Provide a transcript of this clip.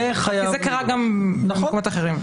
זה קרה גם במקומות אחרים.